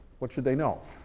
what should they know?